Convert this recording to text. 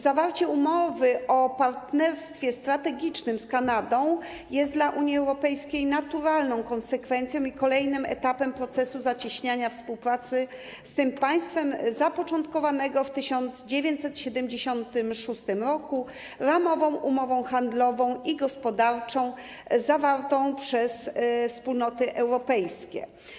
Zawarcie umowy o partnerstwie strategicznym z Kanadą jest dla Unii Europejskiej naturalną konsekwencją i kolejnym etapem procesu zacieśniania współpracy z tym państwem zapoczątkowanego w 1976 r. ramową umową handlową i gospodarczą zawartą przez Wspólnoty Europejskie.